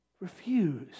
refuse